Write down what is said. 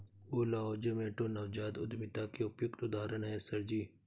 ओला और जोमैटो नवजात उद्यमिता के उपयुक्त उदाहरण है सर जी